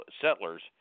settlers